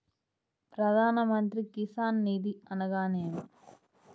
ప్రధాన మంత్రి కిసాన్ నిధి అనగా నేమి?